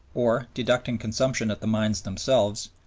or, deducting consumption at the mines themselves,